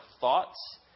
thoughts